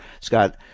Scott